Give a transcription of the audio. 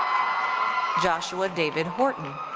joshua david horton.